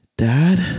Dad